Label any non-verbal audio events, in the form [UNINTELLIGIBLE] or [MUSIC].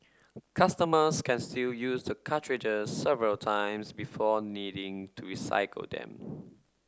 customers can [UNINTELLIGIBLE] use the cartridges several times before needing to recycle them